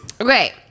Okay